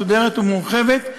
מסודרת ומורחבת,